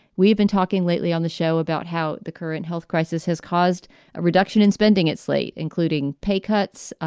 we've been talking lately on the show about how the current health crisis has caused a reduction in spending at slate, including pay cuts,